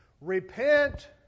repent